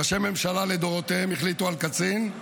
ראשי ממשלה לדורותיהם החליטו על קצין,